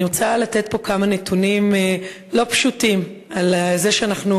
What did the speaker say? אני רוצה לתת פה כמה נתונים לא פשוטים על זה שאנחנו